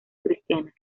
cristiana